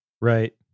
Right